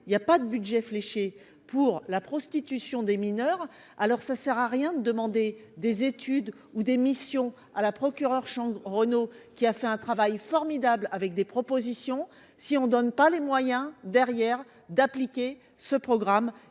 il y a pas de budget fléchés pour la prostitution des mineurs, alors ça sert à rien demander des études ou des missions à la procureure Renault qui a fait un travail formidable, avec des propositions, si on donne pas les moyens derrière d'appliquer ce programme